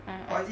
!aiyo! !aiyo!